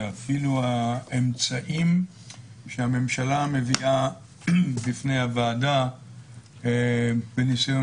ואילו האמצעים שהממשלה מביאה בפני הוועדה בניסיון